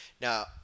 Now